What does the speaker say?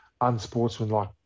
unsportsmanlike